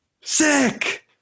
sick